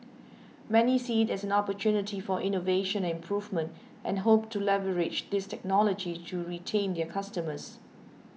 many see it as an opportunity for innovation and improvement and hope to leverage this technology to retain their customers